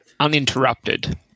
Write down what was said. uninterrupted